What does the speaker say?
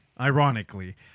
ironically